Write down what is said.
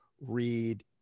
read